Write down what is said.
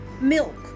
milk